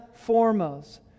foremost